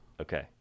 Okay